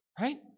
Right